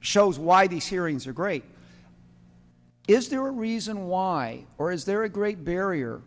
shows why these hearings are great is there reason why or is there a great barrier